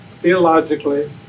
theologically